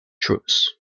troops